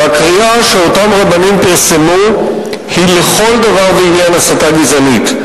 והקריאה שאותם רבנים פרסמו היא לכל דבר ועניין הסתה גזענית.